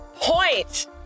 Point